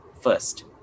first